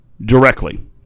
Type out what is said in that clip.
directly